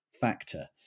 factor